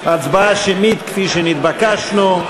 הצבעה שמית, כפי שנתבקשנו.